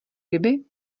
ryby